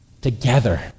together